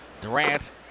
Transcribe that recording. Durant